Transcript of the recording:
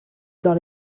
dans